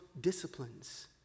disciplines